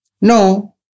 No